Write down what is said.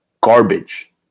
garbage